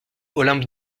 olympe